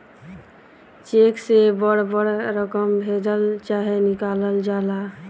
check से बड़ बड़ रकम भेजल चाहे निकालल जाला